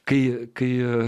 kai kai